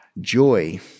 Joy